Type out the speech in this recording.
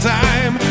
time